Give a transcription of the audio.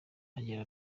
agira